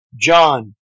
John